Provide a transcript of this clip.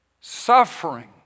suffering